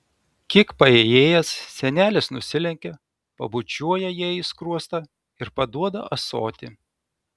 kiek paėjėjęs senelis nusilenkia pabučiuoja jai į skruostą ir paduoda ąsotį